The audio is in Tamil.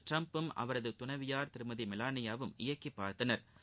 ட்ரம்பும் அவரது துணைவியார் திருமதி மெலானியாவும் இயக்கி பார்த்தனா்